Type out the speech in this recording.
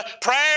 Prayer